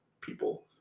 people